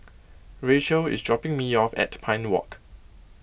Rachael is dropping me off at Pine Walk